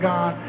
God